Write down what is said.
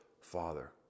Father